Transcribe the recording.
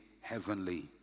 heavenly